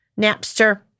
Napster